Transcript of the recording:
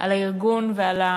על הארגון,